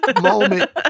moment